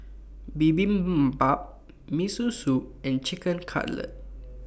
Bibimbap Miso Soup and Chicken Cutlet